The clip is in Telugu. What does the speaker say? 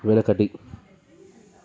వెనకటి